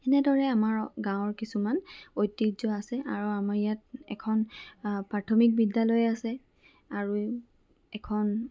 এনেদৰে আমাৰ গাঁৱৰ কিছুমান ঐতিহ্য আছে আৰু আমাৰ ইয়াত এখন আ প্ৰাথমিক বিদ্যালয় আছে আৰু এখন